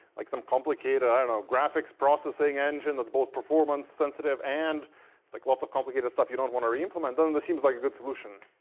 like some complicated and ah graphics processing engine that's both performance sensitive and like lots of complicated stuff you don't want to re-implement, then this seems like a good solution.